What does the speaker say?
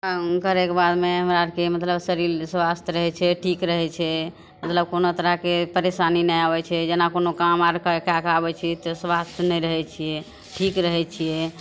काम करैके बादमे हमरा आओरके मतलब शरीर स्वस्थ रहै छै ठीक रहै छै मतलब कोनो तरहके परेशानी नहि आबै छै जेना कोनो काम आओर कै के आबै छै तऽ स्वस्थ नहि रहै छिए ठीक रहै छिए